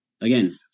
again